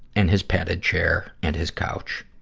and his padded chair, and his couch.